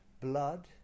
Blood